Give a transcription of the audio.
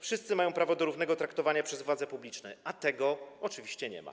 Wszyscy mają prawo do równego traktowania przez władze publiczne, a tego oczywiście nie ma.